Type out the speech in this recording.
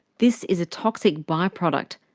this is a toxic by-product,